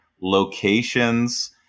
locations